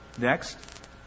Next